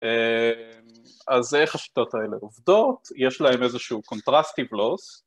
אז איך השיטות האלה עובדות, יש להן איזשהו contrastive loss